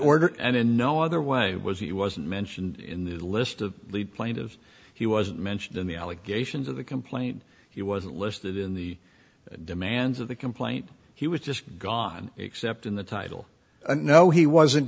ordered and in no other way it was he wasn't mentioned in the list of lead plaintive he wasn't mentioned in the allegations of the complaint he was listed in the demands of the complaint he was just gone except in the title no he wasn't